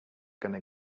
gonna